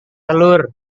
telur